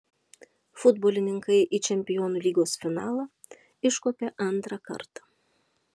futbolininkai į čempionų lygos finalą iškopė antrą kartą